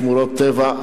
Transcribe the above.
שמורות טבע,